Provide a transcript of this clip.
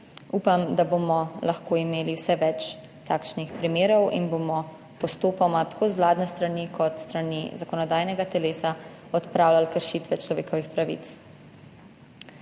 Upam, da bomo lahko imeli vse več takšnih primerov in bomo postopoma tako z vladne strani kot s strani zakonodajnega telesa odpravljali kršitve človekovih pravic.